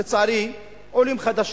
לצערי, עולים חדשים.